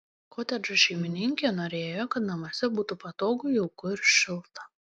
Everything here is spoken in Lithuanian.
kotedžo šeimininkė norėjo kad namuose būtų patogu jauku ir šilta